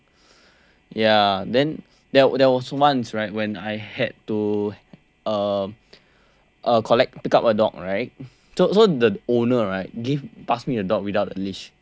ya then there there was once right when I had to uh uh collect pick up a dog right so the owner right give pass me the dog without a leash